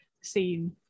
seen